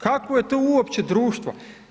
Kakvo je to uopće društvo?